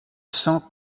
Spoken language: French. sens